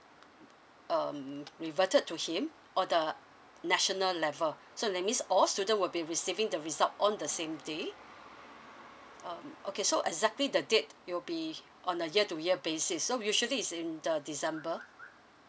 um reverted to him on the national level so that means all students will be receiving the result on the same day um okay so exactly the date it'll be on a year to year basis so usually it's in the december